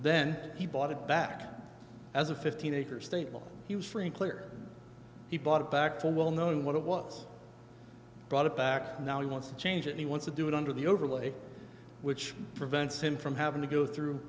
then he bought it back as a fifteen acre stable he was free and clear he bought it back for well knowing what it was brought it back now he wants to change it he wants to do it under the overlay which prevents him from having to go through